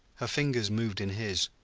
her fingers moved in his